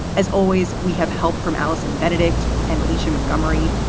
as always, we have help from allison benedikt and alicia montgomery.